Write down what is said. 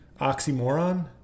oxymoron